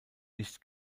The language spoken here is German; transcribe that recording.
nicht